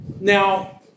Now